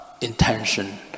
intention